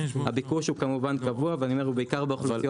הביקוש הוא כמובן קבוע ובעיקר באוכלוסיות